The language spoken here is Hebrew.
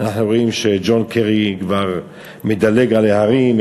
אנחנו רואים שג'ון קרי כבר מדלג על ההרים,